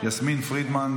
יסמין פרידמן,